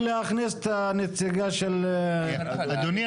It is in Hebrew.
ולהכניס את הנציגה של --- אדוני,